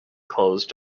closed